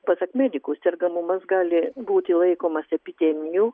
pasak medikų sergamumas gali būti laikomas epideminiu